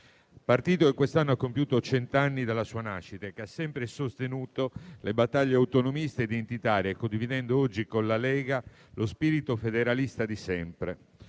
un partito che quest'anno ha compiuto cent'anni dalla sua nascita, che ha sempre sostenuto le battaglie autonomiste e identitarie, condividendo oggi con la Lega lo spirito federalista di sempre.